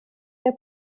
der